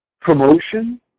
promotion